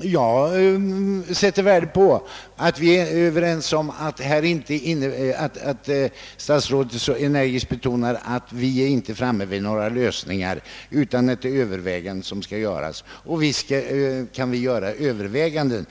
Jag sätter stort värde på att statsrådet nu så energiskt betonar, att vi inte är framme vid några lösningar utan att endast överväganden bör göras. Och visst kan vi göra överväganden.